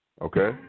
Okay